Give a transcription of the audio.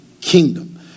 kingdom